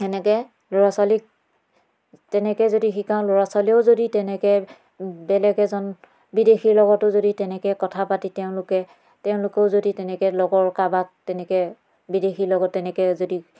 এনেকৈ ল'ৰা ছোৱালীক তেনেকৈ যদি শিকাওঁ ল'ৰা ছোৱালীয়েও যদি তেনেকৈ বেলেগ এজন বিদেশীৰ লগতো যদি তেনেকৈ কথা পাতি তেওঁলোকে তেওঁলোকেও যদি লগৰ কাৰোবাক তেনেকৈ যদি বিদেশীৰ লগত তেনেকৈ যদি